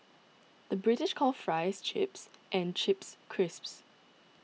the British calls Fries Chips and Chips Crisps